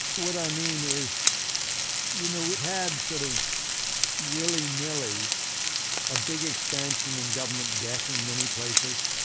what i mean is you know, we've had sort of willy-nilly a big expansion in government debt in many places.